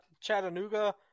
Chattanooga